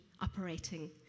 operating